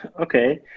Okay